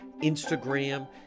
instagram